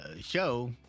show